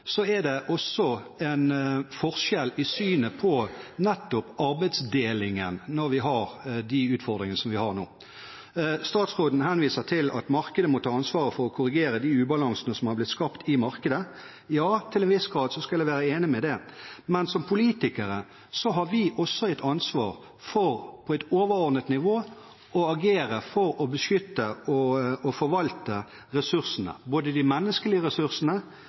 er det en forskjell i synet på nettopp arbeidsdelingen når vi har de utfordringene som vi har nå. Statsråden henviser til at markedet må ta ansvaret for å korrigere de ubalansene som er blitt skapt i markedet. Ja, til en viss grad skal jeg være enig i det. Men som politikere har vi et ansvar for på et overordnet nivå å agere for å beskytte og forvalte ressursene, både de menneskelige ressursene,